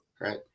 right